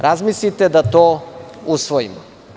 Razmislite da to usvojimo.